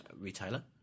retailer